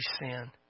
sin